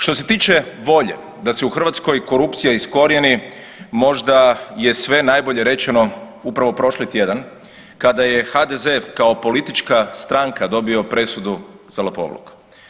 Što se tiče volje da se u Hrvatskoj korupcija iskorijeni možda je sve nabolje rečeno upravo prošli tjedan kada je HDZ kao politička stranka dobio presudu za lopovluk.